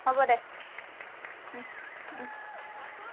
হ'ব দে